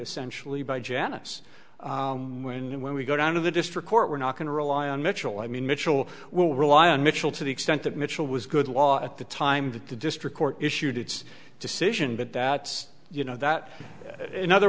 essentially by janice when and when we go down to the district court we're not going to rely on mitchell i mean mitchell will rely on mitchell to the extent that mitchell was good law at the time that the district court issued its decision but that you know that in other